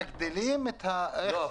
איך